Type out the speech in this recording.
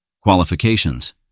Qualifications